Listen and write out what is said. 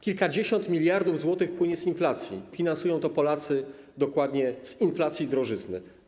Kilkadziesiąt miliardów złotych płynie z inflacji, finansują to Polacy dokładnie z inflacji i drożyzny.